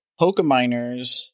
PokeMiners